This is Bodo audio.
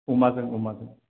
अमाजों अमाजों